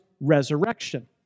resurrection